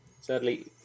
Sadly